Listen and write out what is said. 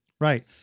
Right